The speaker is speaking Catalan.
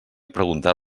preguntar